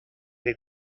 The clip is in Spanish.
que